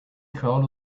crawled